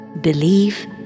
Believe